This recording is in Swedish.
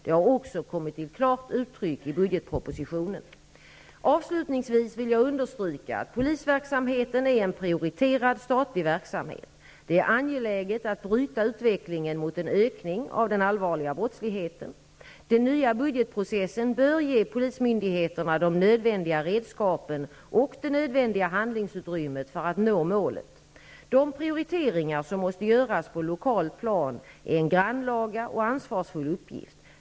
Det har också kommit till klart uttryck i budgetpropositionen. Avslutningsvis vill jag understryka att polisverksamheten är en prioriterad statlig verksamhet. Det är angeläget att bryta utvecklingen mot en ökning av den allvarliga brottsligheten. Den nya budgetprocessen bör ge polismyndigheterna de nödvändiga redskapen och det nödvändiga handlingsutrymmet för att nå målet. De prioriteringar som måste göras på lokalt plan är en grannlaga och ansvarsfull uppgift.